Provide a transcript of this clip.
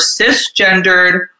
cisgendered